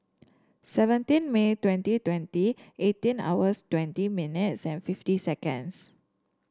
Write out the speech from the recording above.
seventeen May twenty twenty eighteen hours twenty minutes and fifty seconds